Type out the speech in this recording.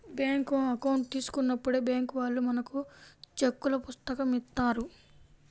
bank account తీసుకున్నప్పుడే bank వాళ్ళు మనకు చెక్కుల పుస్తకం ఇత్తారు